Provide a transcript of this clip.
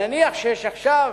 נניח שיש עכשיו